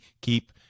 keep